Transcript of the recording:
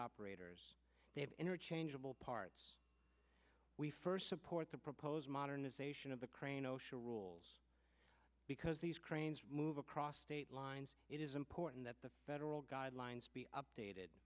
have interchangeable parts we first support the proposed modernization of the crane osha rules because these cranes move across state lines it is important that the federal guidelines be updated